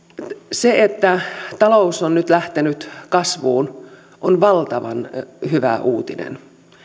se että talous on nyt lähtenyt kasvuun on valtavan hyvä uutinen